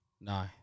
No